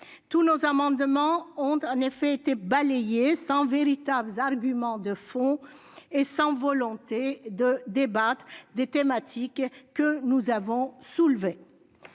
Tous nos amendements ont en effet été balayés sans véritables arguments de fond ni volonté de débattre des thématiques que nous soulevions.